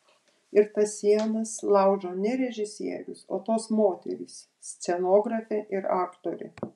ir tas sienas laužo ne režisierius o tos moterys scenografė ir aktorė